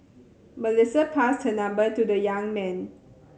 Melissa passed her number to the young man